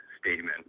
statement